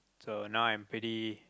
so now I'm pretty